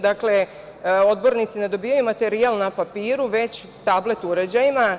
Dakle, odbornici ne dobijaju materijal na papiru, već na tablet uređajima.